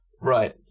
Right